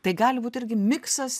tai gali būt irgi miksas